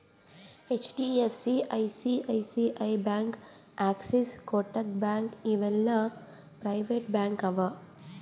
HDFC, ICICI bank, Axis, Kotak bank ಇವು ಎಲ್ಲಾ private bank ಅವಾ